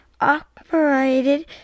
operated